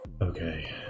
Okay